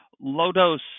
low-dose